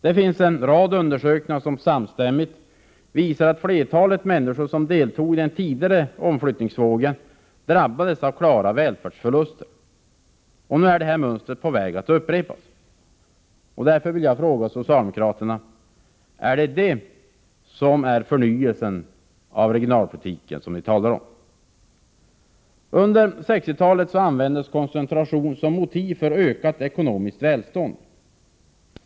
Det finns en rad undersökningar som samstämmigt visar att flertalet människor som deltog i den tidigare omflyttningsvågen drabbades av klara välfärdsförluster. Nu är detta mönster på väg att upprepas. Och därför vill jag fråga socialdemokraterna: Är det detta som är förnyelsen av regionalpolitiken som ni talar om? Under 1960-talet användes koncentrationen som motiv för ökat ekonomiskt välstånd.